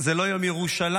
זה לא יום ירושלים,